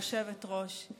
רבה, גברתי היושבת-ראש.